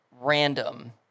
random